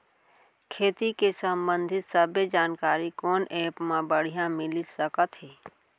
खेती के संबंधित सब्बे जानकारी कोन एप मा बढ़िया मिलिस सकत हे?